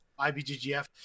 IBGGF